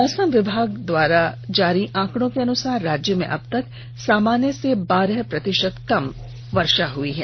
मौसम विभाग द्वारा जारी आंकड़ो के अनुसार राज्य में अब तक सामान्य से बारह प्रतिशत कम वर्षा हुई है